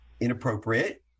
inappropriate